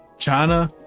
China